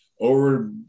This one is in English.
over